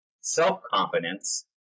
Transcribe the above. Self-confidence